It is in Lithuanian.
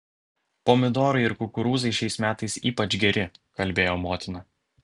pomidorai ir kukurūzai šiais metais ypač geri kalbėjo motina